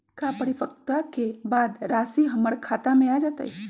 का परिपक्वता के बाद राशि हमर खाता में आ जतई?